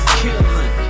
killing